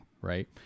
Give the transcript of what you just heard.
right